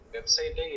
Website